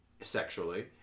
sexually